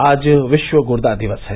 आज विश्व गुर्दा दिवस है